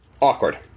awkward